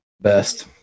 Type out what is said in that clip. best